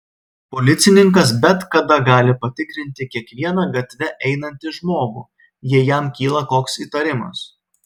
policininkas bet kada gali patikrinti kiekvieną gatve einantį žmogų jei jam kyla koks įtarimas